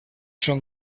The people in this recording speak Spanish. son